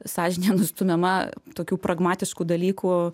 sąžinė nustumiama tokių pragmatiškų dalykų